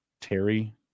Terry